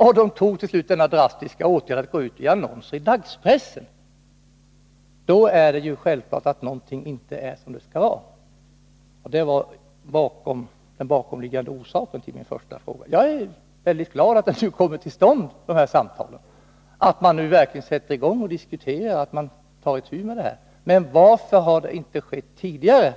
128 har önskat. Sedan vidtogs den drastiska åtgärden att gå ut med en annons i Måndagen den dagspressen, och då är det självklart att allt inte är som det skall vara. Detta — 25 april 1983 var den bakomliggande orsaken till min första fråga. Jag är mycket glad över att samtalen har kommit till stånd, att man nu verkligen börjar diskuteraoch — Om verksamheten tar itu med problemen. Men varför har det inte skett tidigare?